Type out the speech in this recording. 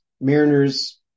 Mariners